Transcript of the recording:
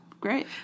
Great